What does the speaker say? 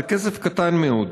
זה כסף קטן מאוד.